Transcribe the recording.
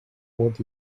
what